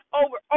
over